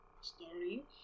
story